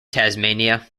tasmania